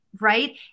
right